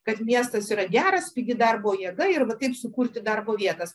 kad miestas yra geras pigi darbo jėga ir va taip sukurti darbo vietas